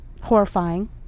horrifying